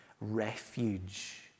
refuge